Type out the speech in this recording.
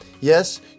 Yes